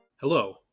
Hello